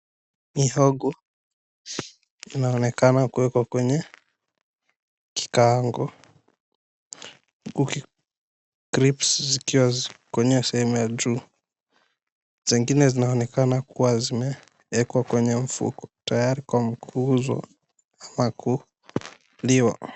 Mihogo inaonekana kuwekwa kwenye kikaango. Huku crips zikiwa kwenye sehemu ya juu. Zingine zinaonekana kuwa zimewekwa kwenye mfuko tayari kwa muuzo ama kuliwa.